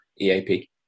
EAP